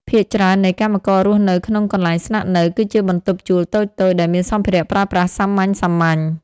ភាគច្រើននៃកម្មកររស់នៅក្នុង កន្លែងស្នាក់នៅ គឺជាបន្ទប់ជួលតូចៗ ដែលមានសម្ភារៈប្រើប្រាស់សាមញ្ញៗ។